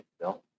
Bill